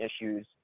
issues